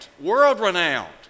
world-renowned